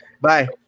Bye